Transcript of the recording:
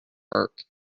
burke